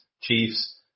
Chiefs